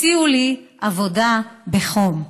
הציעו לי עבודה בחום,